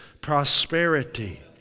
prosperity